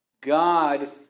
God